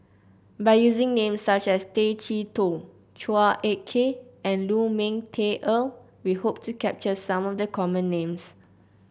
by using names such as Tay Chee Toh Chua Ek Kay and Lu Ming Teh Earl we hope to capture some of the common names